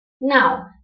Now